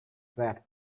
that